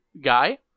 guy